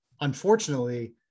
unfortunately